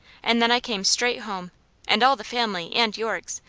and then i came straight home and all the family, and york's,